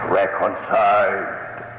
reconciled